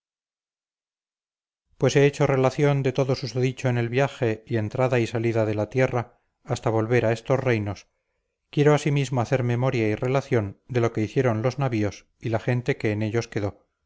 pues he hecho relación de todo susodicho en el viaje y entrada y salida de la tierra hasta volver a estos reinos quiero asimismo hacer memoria y relación de lo que hicieron los navíos y la gente que en ellos quedó